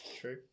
True